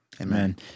Amen